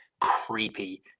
creepy